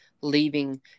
leaving